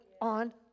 on